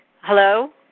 Hello